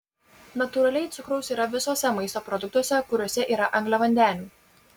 natūraliai cukraus yra visuose maisto produktuose kuriuose yra angliavandenių